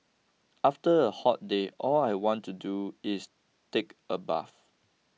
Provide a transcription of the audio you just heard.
after a hot day all I want to do is take a bath